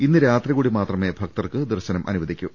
ഇന്ന് രാത്രികൂടി മാത്രമേ ഭക്തർക്ക് ദർശനം അനുവ ദിക്കൂ